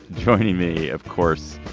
joining me, of course,